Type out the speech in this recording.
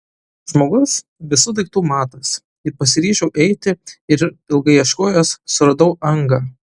žmogus visų daiktų matas ir pasiryžau eiti ir ilgai ieškojęs suradau angą